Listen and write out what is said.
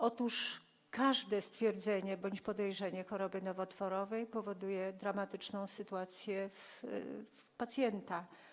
Otóż każde stwierdzenie bądź podejrzenie choroby nowotworowej powoduje dramatyczną sytuację pacjenta.